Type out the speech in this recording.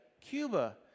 Cuba